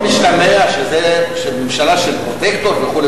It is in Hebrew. אם משתמע שזו ממשלה של פרוטקטורט וכו',